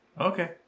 okay